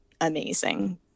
amazing